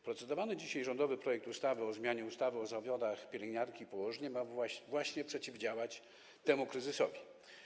Procedowany dzisiaj rządowy projekt ustawy o zmianie ustawy o zawodach pielęgniarki i położnej ma właśnie przeciwdziałać temu kryzysowi.